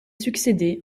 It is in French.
succédé